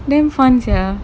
damn fun sia